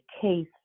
case